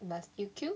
but still cute